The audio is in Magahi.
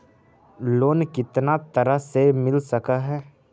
लोन कितना तरह से मिल सक है?